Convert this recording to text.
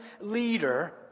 leader